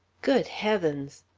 good heavens!